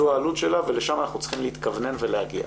זו העלות שלה ולשם אנחנו צריכים להתכוונן ולהגיע.